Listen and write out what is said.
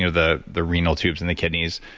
the the renal tubes in the kidneys,